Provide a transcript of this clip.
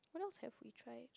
what else have we tried